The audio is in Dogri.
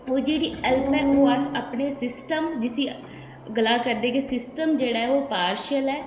ओह् जेह्ड़ी हैल्प ऐ ओह् अस अपने सिस्टम जिस्सी गला करदे कि सिस्टम जेह्ड़ा ऐ ओह् पार्शिअल ऐ